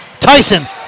Tyson